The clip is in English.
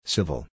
Civil